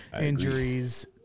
Injuries –